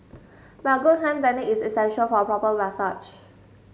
but good hand technique is essential for a proper massage